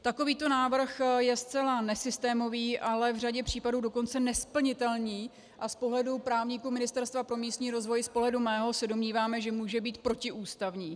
Takovýto návrh je zcela nesystémový, ale v řadě případů dokonce nesplnitelný a z pohledu právníků Ministerstva pro místní rozvoj, z pohledu mého se domníváme, že může být protiústavní.